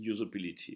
usability